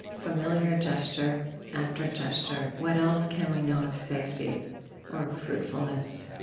familiar gesture after gesture. what else can we know of safety or of fruitfulness?